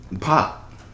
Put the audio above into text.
Pop